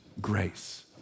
grace